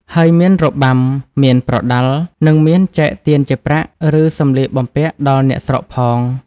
ហើយមានរបាំ មានប្រដាល់ និងមានចែកទានជាប្រាក់ ឬសំលៀកបំពាក់ដល់អ្នកស្រុកផង ។